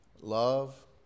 Love